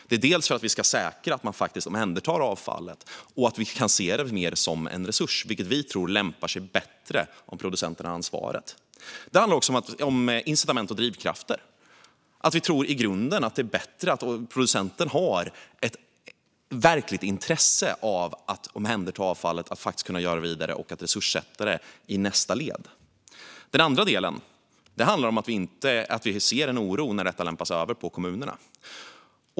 Det vill vi för att säkra att man omhändertar avfallet och ser det mer som en resurs, och vi tror att det då lämpar sig bättre om producenterna har ansvaret. Det handlar också om incitament och drivkrafter. Vi tror i grunden att det är bättre att producenten har ett verkligt intresse av att omhänderta avfallet och faktiskt kunna ta det vidare och resurssätta det i nästa led. Den andra delen handlar om att vi ser en oro när detta lämpas över på kommunerna.